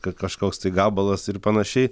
ka kažkoks tai gabalas ir panašiai